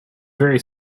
very